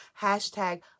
Hashtag